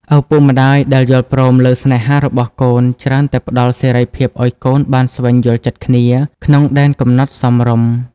ឪពុកម្ដាយដែលយល់ព្រមលើស្នេហារបស់កូន ច្រើនតែផ្ដល់សេរីភាពឱ្យកូនបានស្វែងយល់ចិត្តគ្នា ក្នុងដែនកំណត់សមរម្យ។